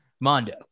Mondo